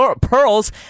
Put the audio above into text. pearls